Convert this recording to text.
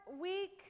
week